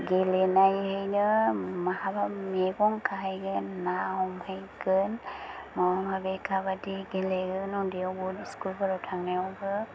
गेलेनायैनो बहाबा मैगं खाहैगोन ना हमहैगोन माबा माबि काबादि गेलेगोन उन्दैयाव बरदिं स्कुलफोराव थांनायावबो